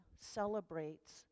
celebrates